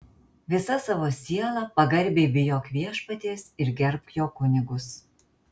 visa savo siela pagarbiai bijok viešpaties ir gerbk jo kunigus